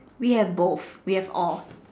we have both we have all